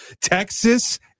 Texas